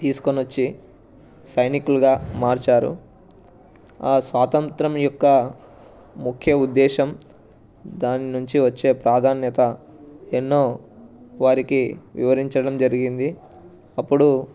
తీసుకొని వచ్చి సైనికులుగా మార్చారు ఆ స్వాతంత్ర్యం యొక్క ముఖ్య ఉద్దేశం దాని నుంచి వచ్చే ప్రాధాన్యత ఎన్నో వారికి వివరించడం జరిగింది అప్పుడు